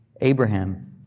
Abraham